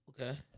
Okay